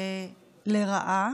ולרעה.